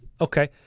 Okay